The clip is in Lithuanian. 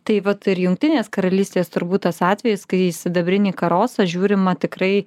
tai vat ir jungtinės karalystės turbūt tas atvejis kai į sidabrinį karosą žiūrima tikrai